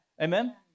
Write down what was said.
Amen